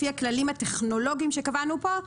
לפי הכללים הטכנולוגיים שקבענו פה,